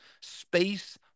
Space